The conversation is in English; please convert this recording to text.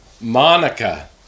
Monica